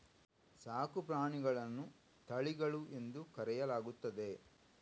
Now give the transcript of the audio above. ಸಾಕು ಪ್ರಾಣಿಗಳನ್ನು ತಳಿಗಳು ಎಂದು ಕರೆಯಲಾಗುತ್ತದೆ